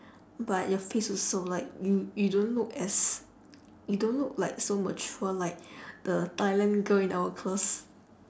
but your face also like you you don't look as you don't look like so mature like the thailand girl in our class